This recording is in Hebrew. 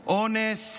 אונס,